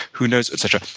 who knows, etc.